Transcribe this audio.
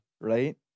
right